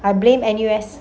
I blame N_U_S